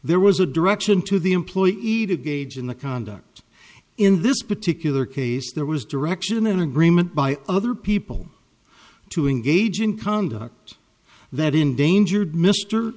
there was a direction to the employee easy to gauge in the conduct in this particular case there was direction and agreement by other people to engage in conduct that endangered m